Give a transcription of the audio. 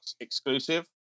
exclusive